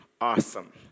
Awesome